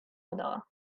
other